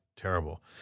Terrible